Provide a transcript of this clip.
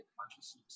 consciousness